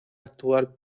actual